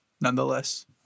Nonetheless